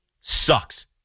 sucks